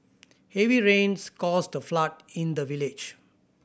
heavy rains caused a flood in the village